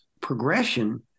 progression